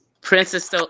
princess